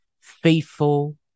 faithful